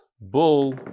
bull